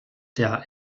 der